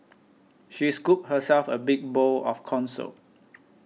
she scooped herself a big bowl of Corn Soup